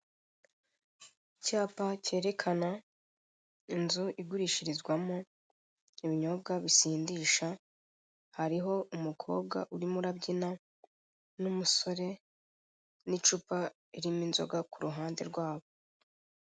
Icyapa kerekana inzu igurishirizwamo ibinyobwa bisindisha, hariho umukobwa urimu urabyina n'umusore, n'icupa ririmo inzoga ku ruhande rwabo.